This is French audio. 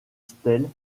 stèles